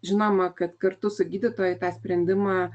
žinoma kad kartu su gydytoju tą sprendimą